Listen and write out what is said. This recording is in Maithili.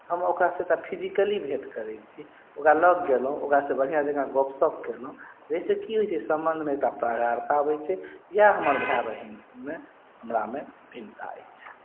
हम ओकरासँ तऽ फिजिकली भेँट करैत छी ओकरा लग गेलहुँ ओकरासँ बढ़िआँ जकाँ गप्प सप्प केलहुँ जाहिसँ की होइत छै सम्बन्धमे एकटा प्रगाढ़ता अबैत छै इएह हमर भाय बहिनमे हमरामे भिन्नता अछि